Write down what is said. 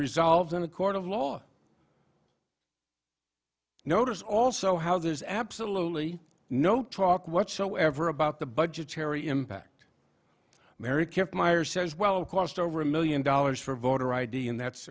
resolved in a court of law notice also how there's absolutely no talk whatsoever about the budgetary impact mary kept myers says well cost over a million dollars for voter id and that's